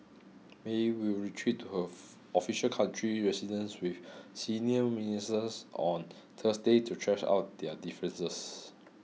May will retreat to her official country residence with senior ministers on Thursday to thrash out their differences